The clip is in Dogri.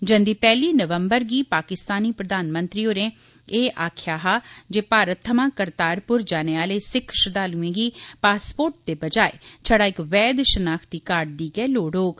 जंदी पैह्ली नवम्बर गी पाकिस्तानी प्रधानमंत्री होरें एह् आखेआ हा जे भारत थमां करतारपुर जाने आहले सिक्ख श्रद्दालुएं गी पासपोर्ट दे बजाय छड़ा इक वैद्य शिनाख्ती कार्ड दी गै लोड़ होग